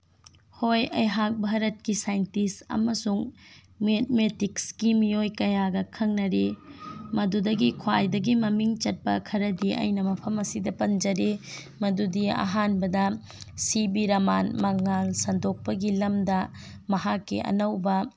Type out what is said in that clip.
ꯍꯣꯏ ꯑꯩꯍꯥꯛ ꯚꯥꯔꯠꯀꯤ ꯁꯥꯏꯟꯇꯤꯁ ꯑꯃꯁꯨꯡ ꯃꯦꯠꯃꯦꯇꯤꯛꯁ ꯀꯤ ꯃꯤꯑꯣꯏ ꯀꯌꯥꯒ ꯈꯪꯅꯔꯤ ꯃꯗꯨꯗꯒꯤ ꯈ꯭ꯋꯥꯏꯗꯒꯤ ꯃꯃꯤꯡ ꯆꯠꯄ ꯈꯔꯗꯤ ꯑꯩꯅ ꯃꯐꯝ ꯑꯁꯤꯗ ꯄꯟꯖꯔꯤ ꯃꯗꯨꯗꯤ ꯑꯍꯥꯟꯕꯗ ꯁꯤ ꯚꯤ ꯔꯥꯃꯟ ꯃꯉꯥꯜ ꯁꯟꯗꯣꯛꯄꯒꯤ ꯂꯝꯗ ꯃꯍꯥꯛꯀꯤ ꯑꯅꯧꯕ